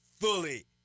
fully